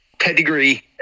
pedigree